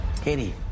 katie